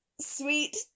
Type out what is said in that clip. sweet